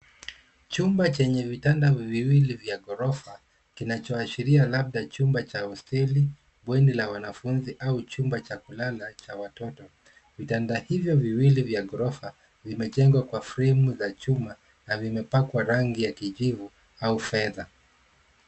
Chumba chenye vitanda viwili vya ghorofa kinachoashiria labda chumba cha hosteli, bweni la wanafunzi au chumba cha kulala cha watoto. Vitanda hivyo viwili vya ghorofa vimejengwa kwa fremu za chuma na vimepakwa rangi ya kijivu au fedha.